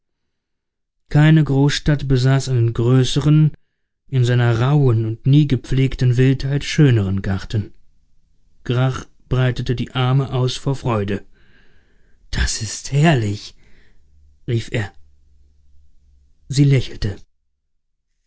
keine großstadt besaß einen größeren in seiner rauhen und nie gepflegten wildheit schöneren garten grach breitete die arme aus vor freude das ist herrlich rief er sie lächelte